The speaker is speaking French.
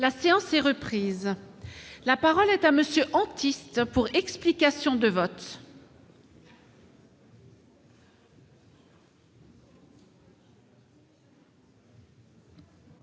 La séance est reprise. La parole est à M. Maurice Antiste, pour explication de vote.